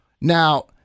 now